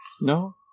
no